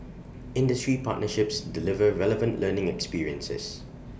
industry partnerships deliver relevant learning experiences